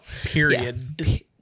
period